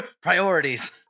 priorities